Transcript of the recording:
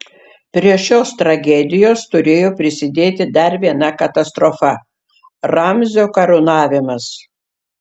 prie šios tragedijos turėjo prisidėti dar viena katastrofa ramzio karūnavimas